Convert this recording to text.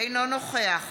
אינו נוכח